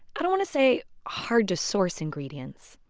i don't want to say hard to source ingredients,